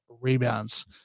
rebounds